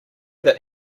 that